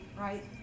right